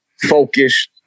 focused